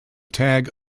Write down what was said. tag